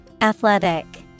Athletic